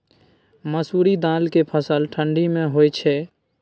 मसुरि दाल के फसल ठंडी मे होय छै?